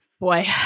Boy